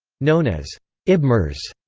known as ibmers,